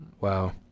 Wow